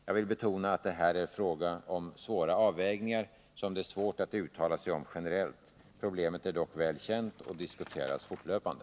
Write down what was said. Jag vill betona att det här är fråga om svåra avvägningar som det är svårt att uttala sig om generellt. Problemet är dock väl känt och diskuteras fortlöpande.